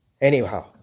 Anyhow